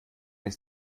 ist